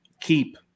keep